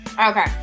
Okay